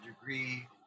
degree